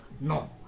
no